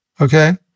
okay